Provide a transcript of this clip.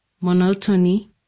monotony